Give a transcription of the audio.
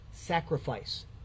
sacrifice